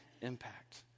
impact